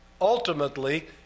ultimately